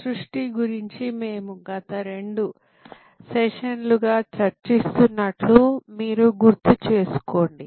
సృష్టి గురించి మేము గత రెండు సెషన్లు గా చర్చిస్తున్నట్లు మీరు గుర్తుచేసుకోండి